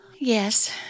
Yes